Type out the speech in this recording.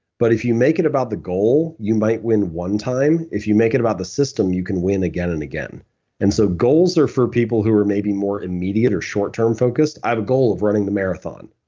but if you make it about the goal, you might win one time. if you make it about the system, you can win again and again and so goals are for people who are maybe more immediate or short-term focused. i have a goal of running the marathon.